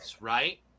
right